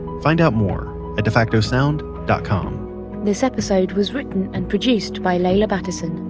find out more at defacto sound dot com this episode was written and produced by leila battison,